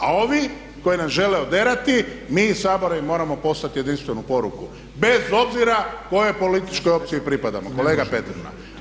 A ovi koji nas žele oderati mi iz Sabora im moramo poslati jedinstvenu poruku, bez obzira kojoj političkoj opciji pripadamo kolega Petrina.